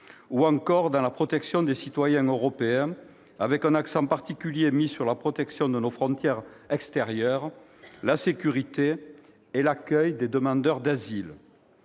ou dans la protection des citoyens européens, avec un accent particulier mis sur la protection de nos frontières extérieures, la sécurité et l'accueil des demandeurs d'asile.